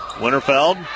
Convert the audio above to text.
Winterfeld